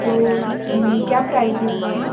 तो क्या प्राइज़ है उसकी